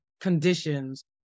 conditions